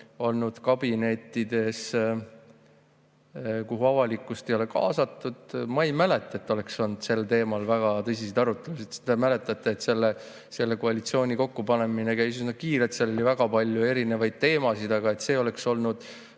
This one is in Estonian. olnud kabinettides, kuhu avalikkust ei ole kaasatud – ma ei mäleta, et oleks olnud sel teemal väga tõsiseid arutelusid. Te mäletate, et selle koalitsiooni kokkupanemine käis üsna kiirelt, seal oli väga palju erinevaid teemasid. Aga et see oleks olnud